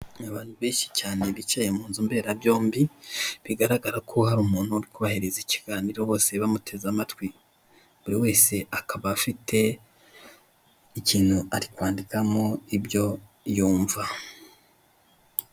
Abantu benshi cyane bicaye mu nzu mberabyombi, bigarabgara ko hari umuntu uri kubahereza ikiganiro, bose bamuteze amtwi. Buri wese akaba afite ikintu ari kwandikamo icyo yumva.